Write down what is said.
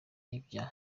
ibya